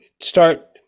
start